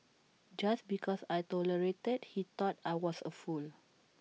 just because I tolerated he thought I was A fool